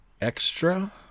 extra